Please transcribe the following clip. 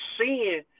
seeing